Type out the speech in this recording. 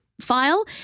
file